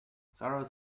sorrows